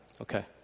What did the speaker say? okay